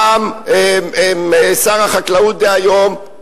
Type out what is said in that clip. פעם שר החקלאות דהיום,